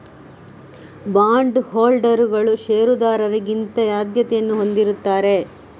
bond ಹೋಲ್ಡರುಗಳು ಷೇರುದಾರರಿಗಿಂತ ಆದ್ಯತೆಯನ್ನು ಹೊಂದಿರುತ್ತಾರೆ